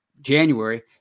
January